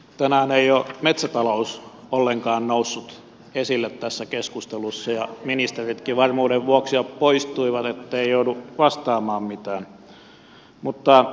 tänään ei ole metsätalous ollenkaan noussut esille tässä keskustelussa ja ministeritkin varmuuden vuoksi jo poistuivat etteivät joudu vastaamaan mitään